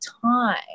time